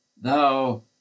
thou